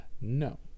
No